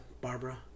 Barbara